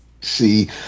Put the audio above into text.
see